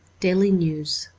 daily news